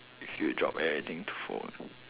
if you drop everything to fo~